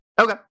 Okay